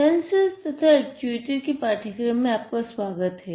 sensors तथा actuator के पाठ्यक्रम में आपका स्वागत है